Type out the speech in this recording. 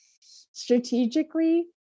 strategically